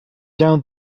down